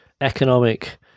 economic